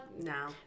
No